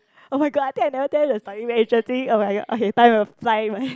oh-my-god I think never tell you the story very interesting oh-my-god okay time will fly man